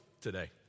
today